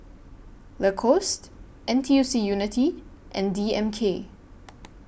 Lacoste N T U C Unity and D M K